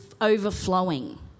overflowing